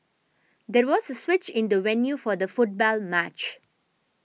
there was a switch in the venue for the football match